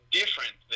different